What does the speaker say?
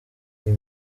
iyi